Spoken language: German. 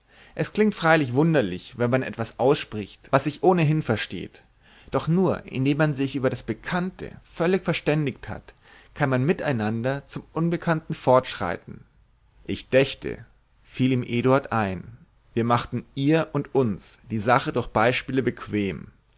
es klingt freilich wunderlich wenn man etwas ausspricht was sich ohnehin versteht doch nur indem man sich über das bekannte völlig verständigt hat kann man miteinander zum unbekannten fortschreiten ich dächte fiel ihm eduard ein wir machten ihr und uns die sache durch beispiele bequem